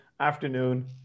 afternoon